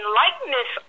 likeness